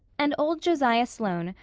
and old josiah sloane,